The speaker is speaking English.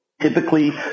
Typically